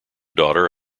daughter